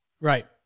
Right